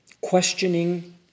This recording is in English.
questioning